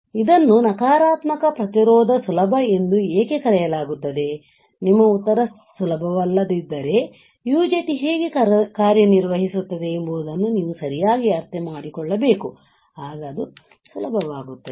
ಆದ್ದರಿಂದ ಇದನ್ನು ನಕಾರಾತ್ಮಕ ಪ್ರತಿರೋಧ ಸುಲಭ ಎಂದು ಏಕೆ ಕರೆಯಲಾಗುತ್ತದೆ ನಿಮ್ಮ ಉತ್ತರ ಸುಲಭವಲ್ಲದಿದ್ದರೆ UJT ಹೇಗೆ ಕಾರ್ಯನಿರ್ವಹಿಸುತ್ತದೆ ಎಂಬುದನ್ನು ನೀವು ಸರಿಯಾಗಿ ಅರ್ಥಮಾಡಿಕೊಳ್ಳಬೇಕು ಆಗ ಅದು ಸುಲಭವಾಗುತ್ತದೆ